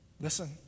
Listen